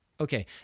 Okay